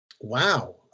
Wow